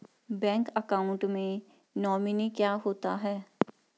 Bank account में nominee क्या होता है?